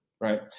right